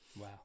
Wow